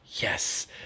Yes